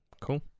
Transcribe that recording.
Cool